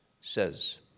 says